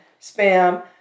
Spam